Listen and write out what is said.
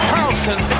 Carlson